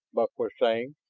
buck was saying.